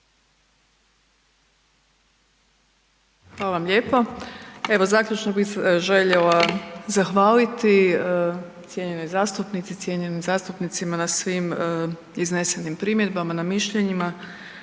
Hvala lijepo. Evo, zaključno bih željela zahvaliti cijenjenoj zastupnici, cijenjenim zastupnicima na svim iznesenim primjedbama, na mišljenjima